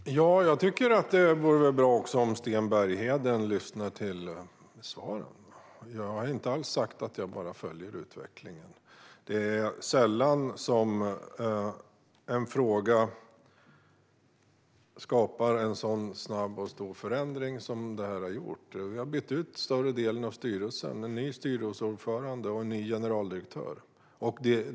Fru talman! Jag tycker att det vore bra om Sten Bergheden lyssnade till svaret. Jag har inte alls sagt att jag bara följer utvecklingen. Det är sällan som en fråga har skapat en så snabb och stor förändring som den här har gjort. Vi har bytt ut större delen av styrelsen. Vi har tillsatt en ny styrelseordförande och en ny generaldirektör.